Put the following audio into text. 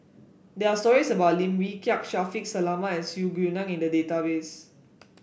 there are stories about Lim Wee Kiak Shaffiq Selamat and Su Guaning in the database